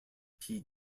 peat